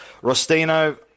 Rostino